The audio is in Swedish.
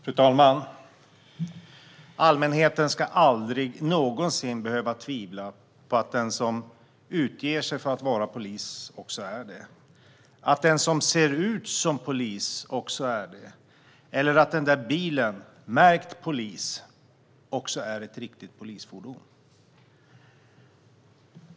Fru talman! Allmänheten ska aldrig någonsin behöva tvivla på att den som utger sig för att vara polis också är det, på att den som ser ut som polis är det eller på att den där bilen märkt "polis" är ett riktigt polisfordon.